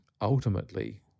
ultimately